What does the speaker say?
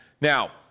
Now